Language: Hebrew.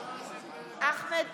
שניים.